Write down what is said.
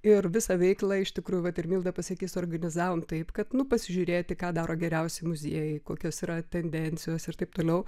ir visa veiklą iš tikrųjų vat ir milda pasakys organizavom taip kad nu pasižiūrėti ką daro geriausi muziejai kokios yra tendencijos ir taip toliau